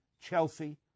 Chelsea